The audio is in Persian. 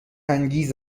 انگیز